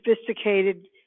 sophisticated